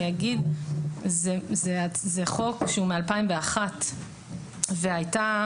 אני אומר שזה חוק שהוא מ-2001 והייתה